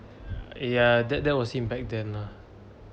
ya that that was in back then lah